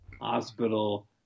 hospital